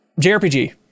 JRPG